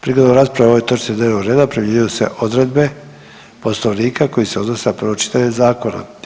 Prigodom rasprave o ovoj točki dnevnog reda primjenjuju se odredbe Poslovnika koje se odnose na prvo čitanje zakona.